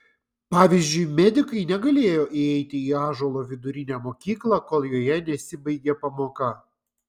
pavyzdžiui medikai negalėjo įeiti į ąžuolo vidurinę mokyklą kol joje nesibaigė pamoka